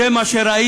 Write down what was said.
זה מה שראיתי,